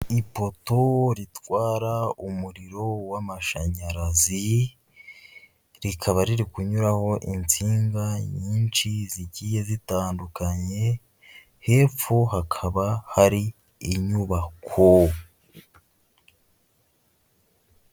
Ipoto ritwara umuriro w'amashanyarazi, rikaba riri kunyuraho insinga nyinshi zigiye zitandukanye, hepfo hakaba hari inyubako.